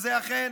שזה אכן